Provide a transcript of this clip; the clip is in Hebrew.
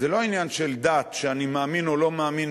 זה לא עניין של דת שאני מאמין או לא מאמין